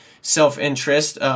self-interest